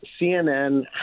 CNN